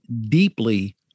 deeply